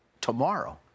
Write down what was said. tomorrow